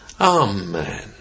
Amen